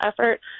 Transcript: effort